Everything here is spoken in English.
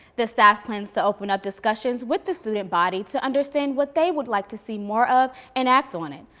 the staff plans to open up discussions with the student body to understand what they would like to see more of, and act on it.